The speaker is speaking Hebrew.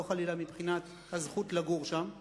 ולא חלילה מבחינת הזכות לגור שם כתושבים,